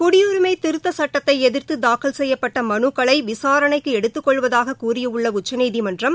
குடியுரிஸம திருத்த சட்டத்தை எதிர்த்து தாக்கல் செய்யப்பட்ட மனுக்களை விசாரணைக்கு எடுத்துக்கொள்வதாக கூறியுள்ள உச்சநீதிமன்றம்